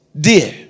Dear